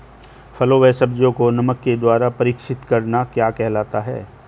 फलों व सब्जियों को नमक के द्वारा परीक्षित करना क्या कहलाता है?